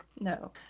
no